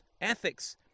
ethics